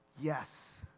yes